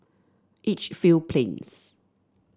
Edgefield Plains